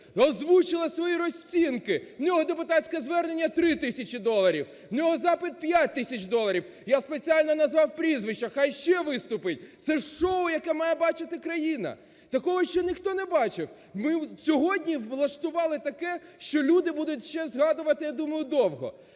озвучувала свої розцінки, в нього депутатське звернення – 3 тисячі доларів, в нього запит – 5 тисяч доларів. Я спеціально назвав прізвище, хай ще виступить. Це шоу, яке має бачити країна. Такого ще ніхто не бачив. Ми сьогодні влаштували таке, що люди будуть ще згадувати, я думаю, довго.